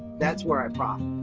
that's where i profit.